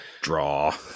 draw